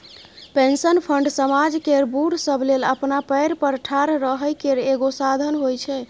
pension fund समाज केर बूढ़ सब लेल अपना पएर पर ठाढ़ रहइ केर एगो साधन होइ छै